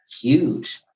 huge